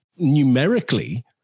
numerically